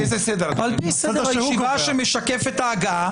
הישיבה שמשקף את ההגעה.